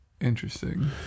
interesting